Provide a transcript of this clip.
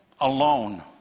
alone